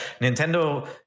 nintendo